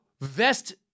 vest